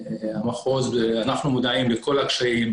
אנחנו מודעים לכל הקשיים,